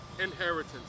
inheritance